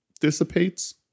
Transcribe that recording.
dissipates